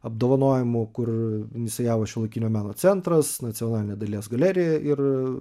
apdovanojimų kur inicijavo šiuolaikinio meno centras nacionalinė dailės galerija ir